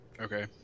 Okay